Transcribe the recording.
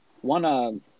One –